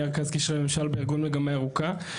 אני רכז קשרי הממשל בארגון ׳מגמה ירוקה׳.